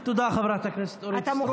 תודה, חברת הכנסת אורית סטרוק.